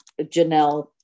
janelle